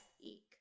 eek